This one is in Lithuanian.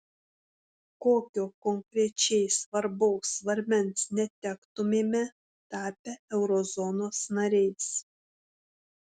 kokio konkrečiai svarbaus svarmens netektumėme tapę eurozonos nariais